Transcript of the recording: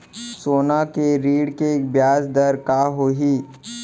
सोना के ऋण के ब्याज दर का होही?